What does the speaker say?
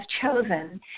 chosen